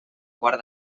quart